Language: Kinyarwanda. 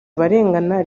abarengana